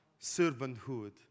servanthood